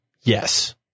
Yes